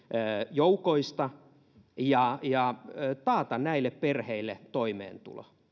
joukoista ja ja taata näille perheille toimeentulo